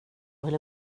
ville